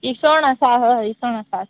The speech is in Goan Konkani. इसवण आसा हय इसवण आसात